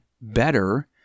better